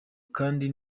kandi